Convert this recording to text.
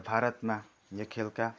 भारतमा यो खेलका